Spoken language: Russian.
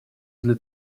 для